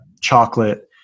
chocolate